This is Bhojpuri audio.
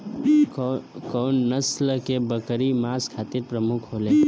कउन नस्ल के बकरी मांस खातिर प्रमुख होले?